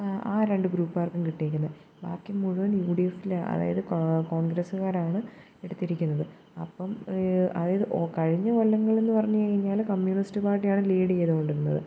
ആ രണ്ടു ഗ്രൂപ്പ് കാർക്കും കിട്ടിയേക്കുന്നത് ബാക്കി മുഴുവനും യു ഡി എഫിൽ അതായത് കോൺഗ്രസ്സ് കാരാണ് എടുത്തിരിക്കുന്നത് അപ്പം അതായത് കഴിഞ്ഞ കൊല്ലങ്ങളെന്ന് പറഞ്ഞു കഴിഞ്ഞാൽ കമ്മ്യൂണിസ്റ്റ് പാർട്ടിയാണ് ലീഡ് ചെയ്തു കൊണ്ടിരുന്നത് അപ്പം